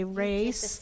race